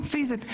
פיזית.